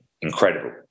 incredible